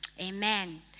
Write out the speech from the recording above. Amen